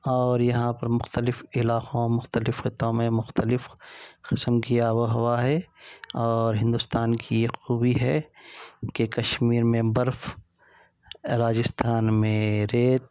اور یہاں پر مختلف علاقوں مختلف خطوں میں مختلف قسم کی آب و ہوا ہے اور ہندوستان کی یہ خوبی ہے کہ کشمیر میں برف راجستھان میں ریت